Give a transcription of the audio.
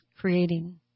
creating